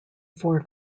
four